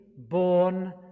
born